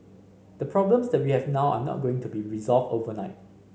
the problems that we have now are not going to be resolved overnight